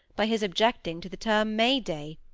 by his objecting to the term may-day.